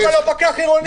למה לא פקח עירוני?